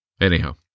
Anyhow